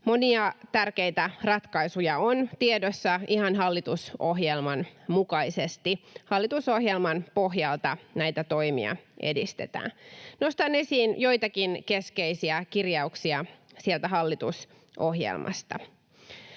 Monia tärkeitä ratkaisuja on tiedossa ihan hallitusohjelman mukaisesti. Hallitusohjelman pohjalta näitä toimia edistetään. Nostan esiin joitakin keskeisiä kirjauksia hallitusohjelmasta: